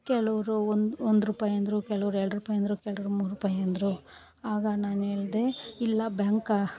ಕೆಲವರು ಒಂದು ಒಂದು ರೂಪಾಯಿ ಅಂದರು ಕೆಲವರು ಎರಡು ರೂಪಾಯಿ ಅಂದರು ಕೆಲವರು ಮೂರು ರೂಪಾಯಿ ಅಂದರು ಆಗ ನಾನೇಳ್ದೆ ಇಲ್ಲ ಬ್ಯಾಂಕ